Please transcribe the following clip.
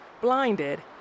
blinded